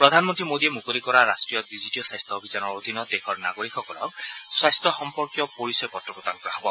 প্ৰধানমন্ত্ৰী মোদীয়ে মুকলি কৰা ৰাষ্টীয় ডিজিটিয় স্বাস্য অভিযানৰ অধীনত দেশৰ নাগৰিকসকলক স্বাস্থ্য সম্পৰ্কীয় পৰিচয় পত্ৰ প্ৰদান কৰা হ'ব